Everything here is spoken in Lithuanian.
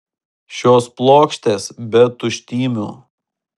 šios plokštės be tuštymių